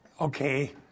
Okay